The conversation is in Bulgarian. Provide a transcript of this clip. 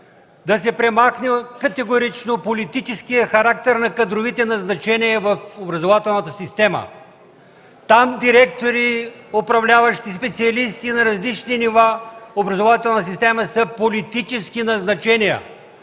да се премахне категорично политическият характер на кадровите назначения в образователната система. Там директори, управляващи специалисти на различни нива в образователната система са политически назначения,